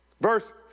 Verse